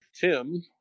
Tim